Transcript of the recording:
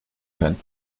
kann